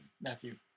Matthew